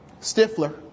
Stifler